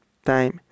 Time